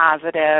positive